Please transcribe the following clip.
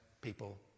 people